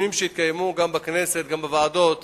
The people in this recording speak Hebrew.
בדיונים שהתקיימו בכנסת וגם בוועדות